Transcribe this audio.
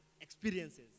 experiences